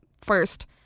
first